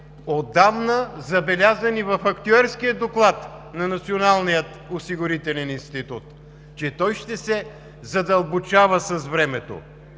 отдавна забелязан и в Актюерския доклад на Националния осигурителен институт, че той ще се задълбочава с времето